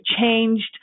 changed